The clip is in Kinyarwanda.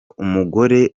umugore